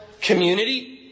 community